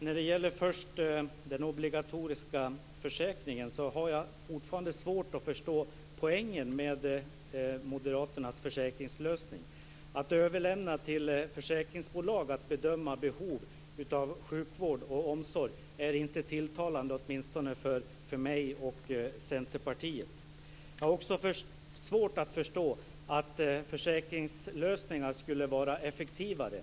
Fru talman! Först den obligatoriska försäkringen. Jag har fortfarande svårt att förstå poängen med Moderaternas försäkringslösning. Att lämna över till försäkringsbolagen att bedöma behov av sjukvård och omsorg tilltalar inte mig och Centerpartiet. Jag har också svårt att förstå att försäkringslösningar skulle vara effektivare.